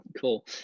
Cool